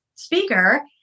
speaker